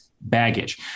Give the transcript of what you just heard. baggage